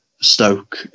Stoke